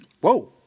Whoa